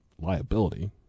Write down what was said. liability